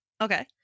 Okay